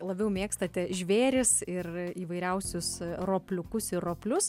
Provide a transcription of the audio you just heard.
labiau mėgstate žvėris ir įvairiausius ropliukus ir roplius